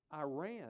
iran